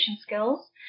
skills